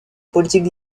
politique